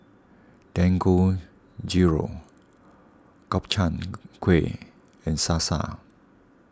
Dangojiru Gobchang Gui and Salsa